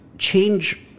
change